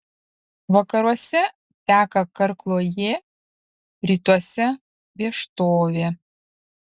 vakaruose teka karkluojė rytuose vieštovė